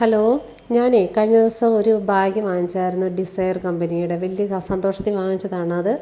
hello ഞാനേ കഴിഞ്ഞ ദിവസം ഒരു ബാഗ് വാങ്ങിയിരുന്നു ഡിസൈർ കമ്പനിയുടെ വലിയ സന്തോഷത്തിൽ വാങ്ങിച്ചതാണ് അത്